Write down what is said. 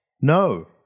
No